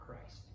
Christ